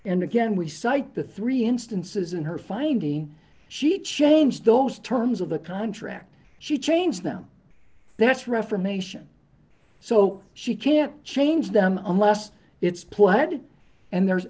and again we cite the three instances in her finding she changed those terms of the contract she changed them that's reformation so she can't change them unless it's planted and there's